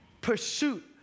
pursuit